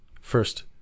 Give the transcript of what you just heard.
First